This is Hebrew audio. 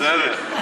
בסדר.